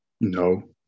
No